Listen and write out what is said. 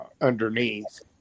underneath